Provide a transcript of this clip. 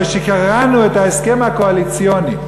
אבל כשקראנו את ההסכם הקואליציוני,